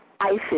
Isis